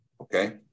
Okay